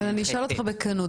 אני אשאל אותך בכנות,